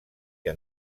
que